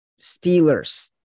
steelers